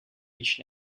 each